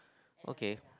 okay